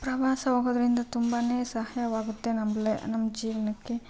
ಪ್ರವಾಸ ಹೋಗೋದರಿಂದ ತುಂಬನೇ ಸಹಾಯವಾಗುತ್ತೆ ನಮ್ಮ ಜೀವನಕ್ಕೆ